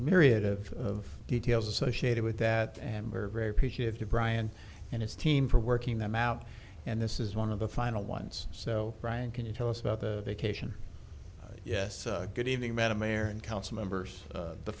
myriad of details associated with that and we're very appreciative to brian and his team for working them out and this is one of the final ones so brian can you tell us about the vacation yes good evening